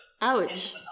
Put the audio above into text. Ouch